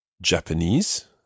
Japanese